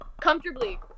comfortably